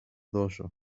δώσω